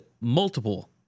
multiple